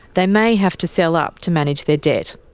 they may have to sell up to manage their debt.